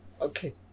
Okay